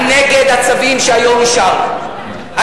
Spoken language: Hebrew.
אני נגד הצווים שאישרנו היום.